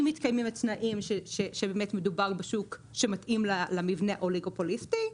מתקיימים תנאים שבאמת מדובר בשוק שמתאים למבנה אוליגופוליסטי,